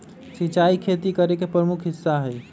सिंचाई खेती करे के प्रमुख हिस्सा हई